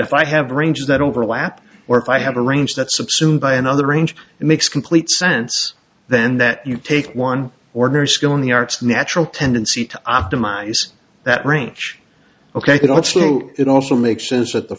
if i have arranged that overlap or if i have a range that subsumed by another range it makes complete sense then that you take one ordinary skill in the arts natural tendency to optimize that range ok could also it also make sense that the